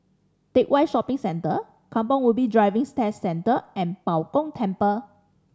Teck Whye Shopping Centre Kampong Ubi Driving Test Centre and Bao Gong Temple